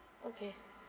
okay